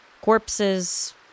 corpses